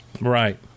Right